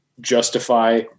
justify